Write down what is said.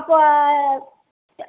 இப்போ